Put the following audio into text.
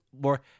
more